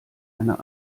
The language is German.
einer